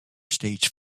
stage